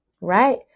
right